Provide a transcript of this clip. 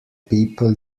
people